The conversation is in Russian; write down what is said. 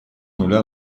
нуля